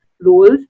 roles